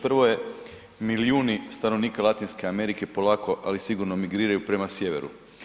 Prvo je, milijuni stanovnika Latinske Amerike polako ali sigurno migriraju prema sjeveru.